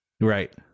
Right